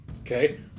Okay